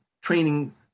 training